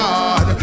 God